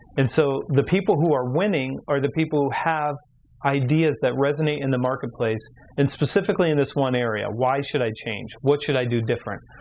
and so the people who are winning are the people who have ideas that resonate in the marketplace and specifically in this one area. why should i change? what should i do different?